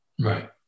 Right